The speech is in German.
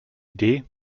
idee